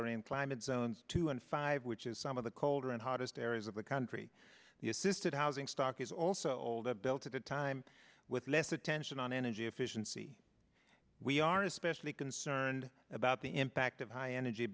are in climate zones two and five which is some of the colder and hottest areas of the country the assisted housing stock is also older built at the time with less attention on energy efficiency we are especially concerned about the impact of high energy